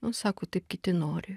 nu sako taip kiti nori